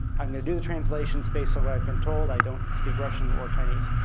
i'm going to do the translations based on what i've been told. i don't speak russian or chinese.